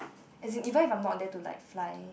as in even I am not there like to fly